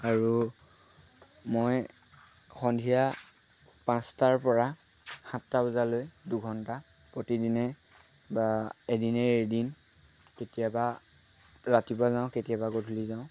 আৰু মই সন্ধিয়া পাঁচটাৰপৰা সাতটা বজালৈ দুঘণ্টা প্ৰতিদিনে বা এদিন এৰি এদিন কেতিয়াবা ৰাতিপুৱা যাওঁ কেতিয়াবা গধূলি যাওঁ